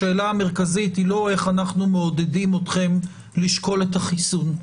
השאלה המרכזית היא לא איך אנחנו מעודדים אתכם לשקול את החיסון,